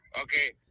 Okay